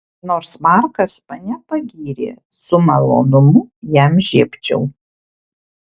nors markas mane pagyrė su malonumu jam žiebčiau